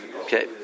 Okay